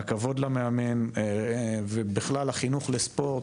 הכבוד למאמן ובכלל החינוך לספורט,